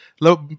Look